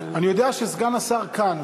אני יודע שסגן השר כאן,